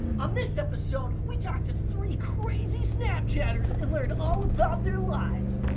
on this episode, we talk to three crazy snapchatters and learn all about their lives.